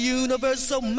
universal